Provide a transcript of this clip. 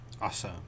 Awesome